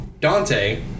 Dante